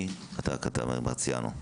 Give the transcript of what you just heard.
אתה הכתב מרציאנו.